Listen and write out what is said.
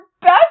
best